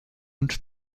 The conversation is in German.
und